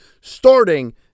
starting